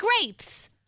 grapes